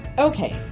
okay,